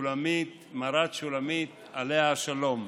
מרת שולמית, עליה השלום,